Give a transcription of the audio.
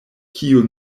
kio